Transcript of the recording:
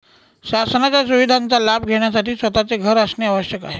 शासनाच्या सुविधांचा लाभ घेण्यासाठी स्वतःचे घर असणे आवश्यक आहे का?